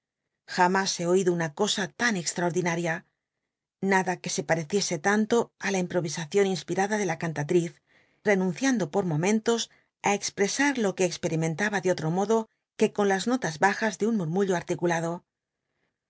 jamü he oído una cosa lan cxttaordinaria nada que se pareciese tanto íi la improyisacion inspirada de la cantatriz renunciando pot momen tos á exptes u lo que cxperimentaba de otro modo que con las notas bajas de un mu rmullo al'ticulado